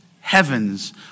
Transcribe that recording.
heavens